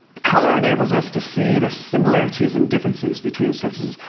color enables us to see the similarities and differences between surfaces,